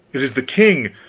it is the king!